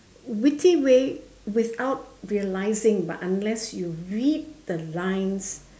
witty way without realizing but unless you read the lines